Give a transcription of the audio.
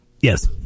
yes